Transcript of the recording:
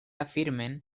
afirmen